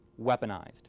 weaponized